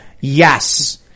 Yes